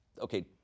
Okay